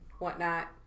whatnot